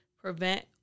prevent